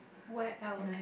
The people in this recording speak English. where else